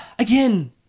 again